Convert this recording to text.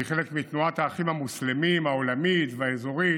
היא חלק מתנועת האחים המוסלמים העולמית והאזורית,